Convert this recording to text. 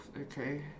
okay